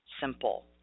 simple